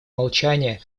молчание